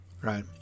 right